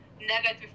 negative